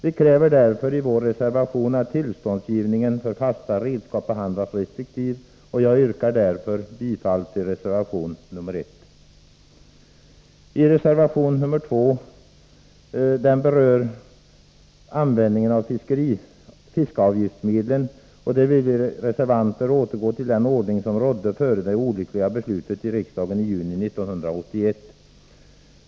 Vi kräver därför i vår reservation att ansökningar om tillstånd för fasta redskap behandlas restriktivt. Jag yrkar bifall till reservation nr 1. Reservation nr 2 berör användning av fiskeavgiftsmedlen. Där vill vi reservanter återgå till den ordning som rådde före det olyckliga beslutet i riksdagen i juni 1981.